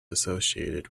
associated